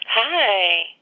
Hi